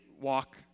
walk